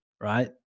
right